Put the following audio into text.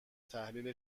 تحلیل